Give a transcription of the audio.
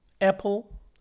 Apple